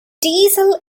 diesel